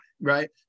right